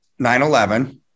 9/11